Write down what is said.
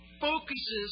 focuses